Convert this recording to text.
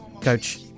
coach